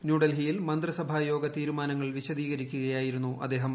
ന്യൂഡൽഹിയിൽ മന്ത്രിസഭായോഗ തീരുമാന്ങ്ങൾ വിശദീകിരക്കുകയായിരുന്നു അദ്ദേഹം